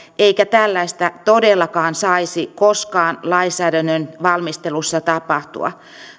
eikä tällaista todellakaan saisi koskaan lainsäädännön valmistelussa tapahtua